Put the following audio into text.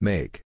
Make